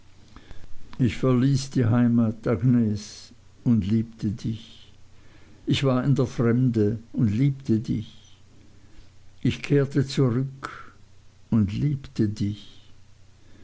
ich verließ die heimat agnes und liebte dich ich war in der fremde und liebte dich ich kehrte zurück und liebte dich